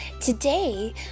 today